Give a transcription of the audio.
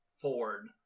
Ford